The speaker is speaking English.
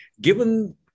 Given